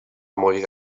morir